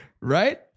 right